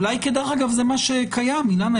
אולי, דרך אגב, זה מה שקיים, אילנה?